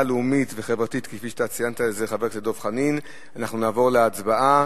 דב חנין ועפו אגבאריה,